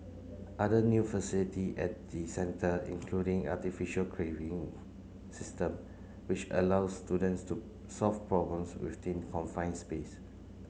other new facility at the centre including artificial caving system which allow students to solve problems within confined space